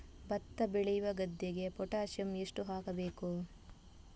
ಭತ್ತ ಬೆಳೆಯುವ ಗದ್ದೆಗೆ ಪೊಟ್ಯಾಸಿಯಂ ಎಷ್ಟು ಹಾಕಬೇಕು?